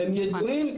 הם ידועים,